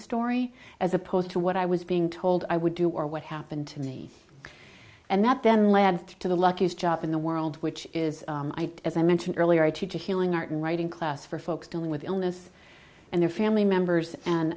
story as opposed to what i was being told i would do or what happened to me and that then led to the luckiest job in the world which is as i mentioned earlier i teach a healing art and writing class for folks dealing with illness and their family members and